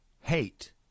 hate